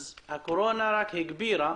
כך שהקורונה רק הגבירה